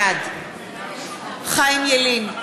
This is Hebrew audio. בעד חיים ילין,